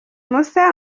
musa